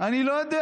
אני לא יודע.